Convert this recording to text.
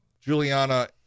Juliana